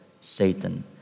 Satan